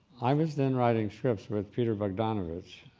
i was then writing scripts with peter bogdanovich,